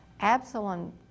Absalom